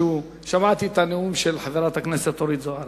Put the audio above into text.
שמעתי את הנאום של חברת הכנסת אורית זוארץ,